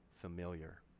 familiar